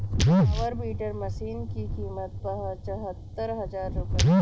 power weeder machine की कीमत पचहत्तर हजार रूपये है